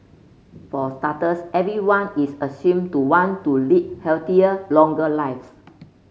for starters everyone is assumed to want to lead healthier longer lives